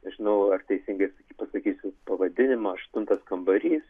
nežinau ar teisingai pasakysiu pavadinimą aštuntas kambarys